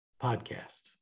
podcast